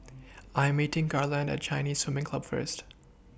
I Am meeting Garland At Chinese Swimming Club First